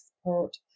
support